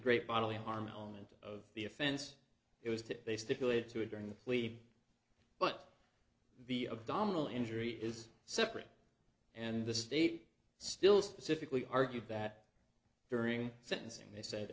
great bodily harm element of the offense it was to they stipulated to it during the plea but the abdominal injury is separate and the state still specifically argued that during sentencing they said